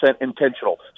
intentional